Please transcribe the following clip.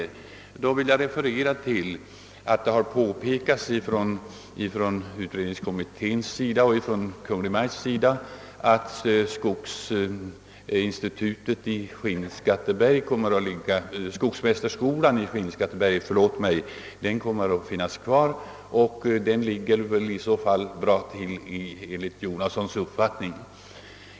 Med anledning därav vill jag framhålla, att det har påpekats från utredningskommitténs och från Kungl. Maj:ts sida, att skogsmästarskolan i Skinnskatteberg kommer att finnas kvar. Den ligger väl i så fall bra till enligt herr Jonassons uppfattning.